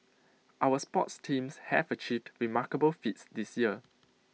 our sports teams have achieved remarkable feats this year